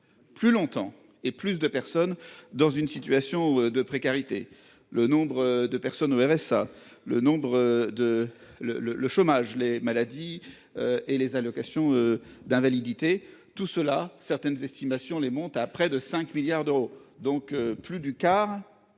Plus longtemps et plus de personnes dans une situation de précarité. Le nombre de personnes au RSA. Le nombre de, le le le chômage les maladies. Et les allocations d'invalidité tout cela certaines estimations les monte à près de 5 milliards d'euros, donc plus du quart